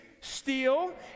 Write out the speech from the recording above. steal